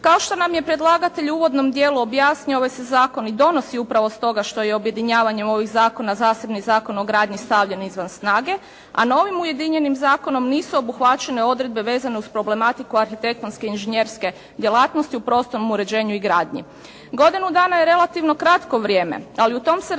Kao što nam je predlagatelj u uvodnom dijelu objasnio ovaj se zakon i donosi upravo stoga što je objedinjavanjem ovih zakona, zasebni Zakona o gradnji stavljen izvan snage, a novim ujedinjenim zakonom nisu obuhvaćene odredbe vezane uz problematiku arhitektonske i inžinjerske djelatnosti u prostornom uređenju i gradnji. Godinu dana je relativno kratko vrijeme. Ali u tom se razdoblju